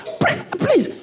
please